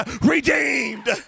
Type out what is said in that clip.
redeemed